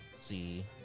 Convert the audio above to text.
see